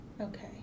Okay